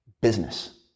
business